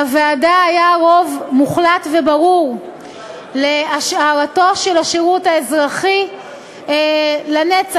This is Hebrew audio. בוועדה היה רוב מוחלט וברור להשארתו של השירות האזרחי לנצח,